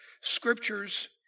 scriptures